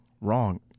Wrong